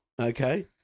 Okay